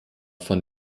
von